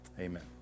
Amen